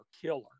killer